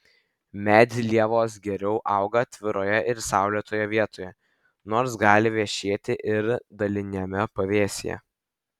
medlievos geriau auga atviroje ir saulėtoje vietoje nors gali vešėti ir daliniame pavėsyje